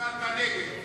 הצבעת נגד.